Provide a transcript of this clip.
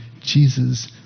Jesus